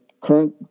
current